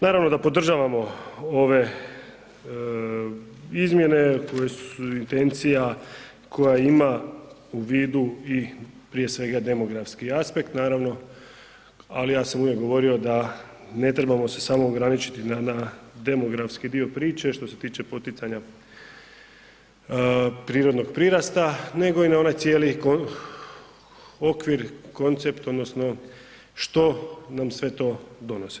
Naravno da podržavamo ove izmjene koje su intencija koja ima u vidu i prije svega demografski aspekt, naravno, ali ja sam uvijek govorio da ne trebamo se samo ograničiti na demografski dio priče što se tiče poticanja prirodnog prirasta, nego i ona onaj cijeli okvir, koncept odnosno što nam sve to donosi.